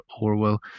Orwell